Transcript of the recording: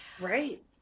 right